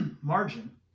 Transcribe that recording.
Margin